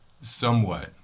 somewhat